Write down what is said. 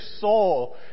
soul